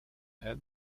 head